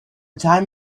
time